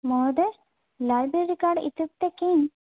महोदय library card इत्युक्ते किं